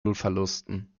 blutverlusten